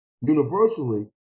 universally